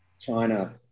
China